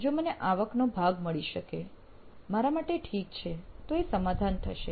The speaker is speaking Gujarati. જો મને આવકનો ભાગ મળી શકે મારા માટે ઠીક છે તો એ સમાધાન થશે